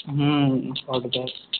हूँ सब दए देबै